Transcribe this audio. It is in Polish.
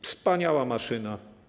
Wspaniała maszyna.